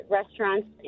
restaurants